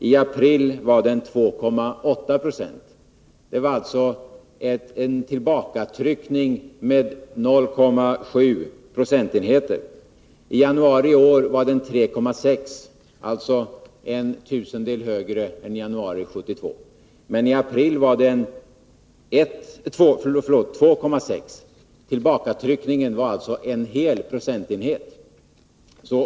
I april samma år var den 2,8 96, vilket innebär en tillbakatryckning med 0,7 procentenheter. I januari i år var arbetslösheten 3,6 96, alltså 0,1 procentenheter högre än i januari 1972. I april i år var den 2,6 Ze. Tillbakatryckningen var alltså 1 procentenhet.